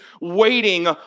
waiting